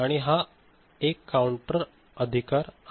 आणि हा एक काउंटर अधिकार आहे